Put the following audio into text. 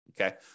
Okay